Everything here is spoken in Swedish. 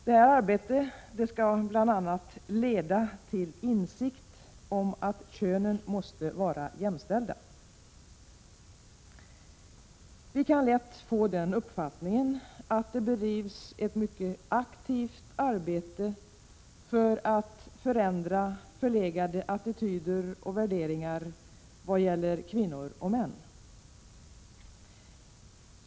Detta arbete skall bl.a. ”leda till insikt om att könen måste vara jämställda”. Vi kan lätt få den uppfattningen att det bedrivs ett mycket aktivt arbete för att ändra förlegade attityder och värderingar vad gäller kvinnor och män.